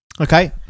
okay